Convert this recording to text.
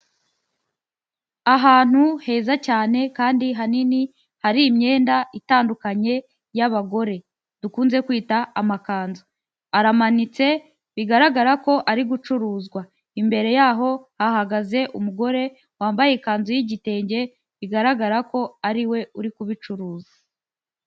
Ahantu heza cyane kandi hanini hari imyenda itandukanye y'abagore, dukunze kwita amakanzu, aramanitse bigaragara ko ari gucuruzwa, imbere yaho hahagaze umugore wambaye ikanzu y'igitenge bigaragara ko ari we uri kubicuruza.